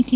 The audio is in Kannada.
ಟಿ